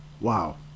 Wow